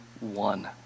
one